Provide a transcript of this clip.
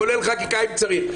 כולל חקיקה אם צריך.